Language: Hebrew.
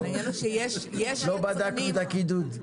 לא בדקנו את הקידוד.